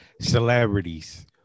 Celebrities